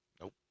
Nope